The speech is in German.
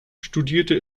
studierte